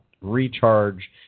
recharge